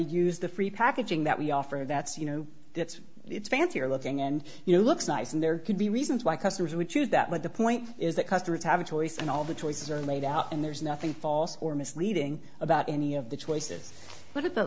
use the free packaging that we offer that's you know that it's fancier looking and you know looks nice and there could be reasons why customers would choose that but the point is that customers have a choice and all the choices are laid out and there's nothing false or misleading about any of the choices but